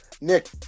Nick